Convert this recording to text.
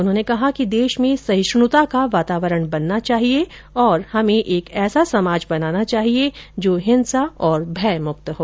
उन्होंने कहा कि देश में सहिष्णुता का वातावरण बनना चाहिये और हमे एक ऐसा समाज बनाना चाहिये जो हिंसा और भयमुक्त हो